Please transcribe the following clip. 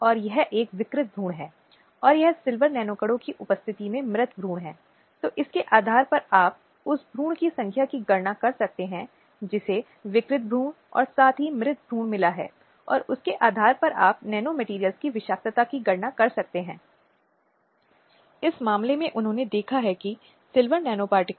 इसलिए चाहे वह शिक्षा से संबंधित हो मौसम से संबंधित हो या स्वास्थ्य से जुड़ा हो या जीवन में किसी साथी को चुनने के लिए उसके पास खुद के लिए निर्णय लेने की आवश्यक स्वतंत्रता होनी चाहिए और परिवार को उसे केवल आवश्यक सीमा तक मार्गदर्शन करना चाहिए लेकिन जहां तक संभव हो पारंपरिक मान्यताओं मिथकों को विकास की प्रक्रिया का हिस्सा बनने से बचना चाहिए